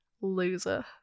Loser